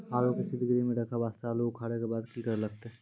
आलू के सीतगृह मे रखे वास्ते आलू उखारे के बाद की करे लगतै?